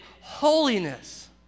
holiness